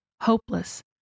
Hopeless